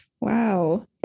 Wow